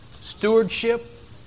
stewardship